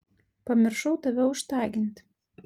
pamiršau tave užtagint